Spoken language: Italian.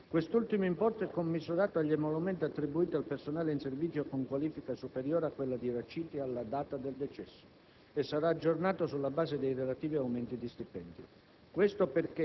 (per un importo netto mensile di circa 2.417 euro). Quest'ultimo importo è commisurato agli emolumenti attribuiti al personale in servizio con qualifica superiore a quella di Raciti alla data del decesso